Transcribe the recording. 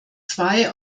zwei